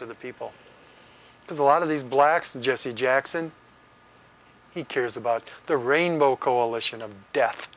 to the people because a lot of these blacks and jesse jackson he cares about the rainbow coalition of death